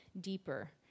deeper